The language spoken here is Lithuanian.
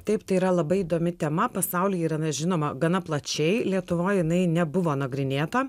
taip tai yra labai įdomi tema pasaulyje yra žinoma gana plačiai lietuvoj jinai nebuvo nagrinėta